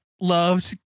loved